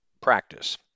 practice